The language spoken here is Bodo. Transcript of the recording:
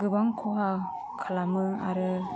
गोबां खहा खालामो आरो